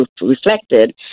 reflected